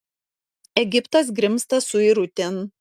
egiptas grimzta suirutėn